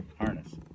harness